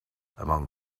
among